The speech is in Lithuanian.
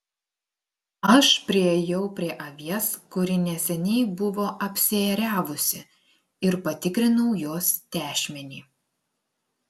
aš priėjau prie avies kuri neseniai buvo apsiėriavusi ir patikrinau jos tešmenį